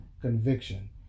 Conviction